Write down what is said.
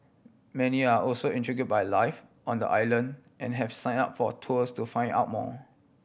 many are also intrigue by life on the island and have sign up for tours to find out more